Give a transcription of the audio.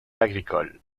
agricoles